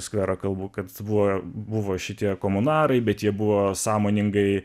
skverą kalbu kad vo jo buvo šitie komunarai bet jie buvo sąmoningai